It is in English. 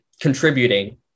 contributing